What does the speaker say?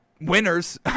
winners